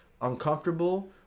uncomfortable